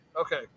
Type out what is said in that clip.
okay